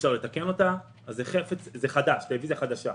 אפשר לתקן אותה אז זה טלוויזיה חדשה.